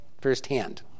firsthand